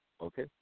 Okay